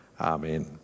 Amen